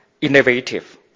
innovative